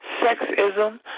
sexism